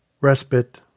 respite